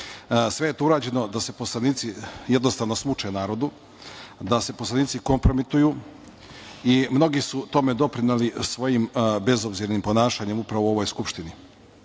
Sve je to urađeno da se poslanici jednostavno smuče narodu, da se poslanici kompromituju. Mnogi su tome doprineli svojim bezobzirnim ponašanjem upravo u ovoj Skupštini. Moram